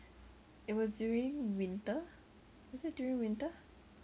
it was during winter was it during winter